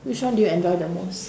which one do you enjoy the most